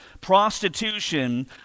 prostitution